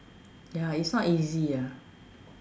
ya it's not easy ya